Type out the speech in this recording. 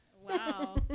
Wow